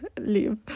live